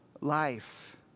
life